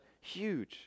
huge